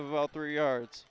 of all three yards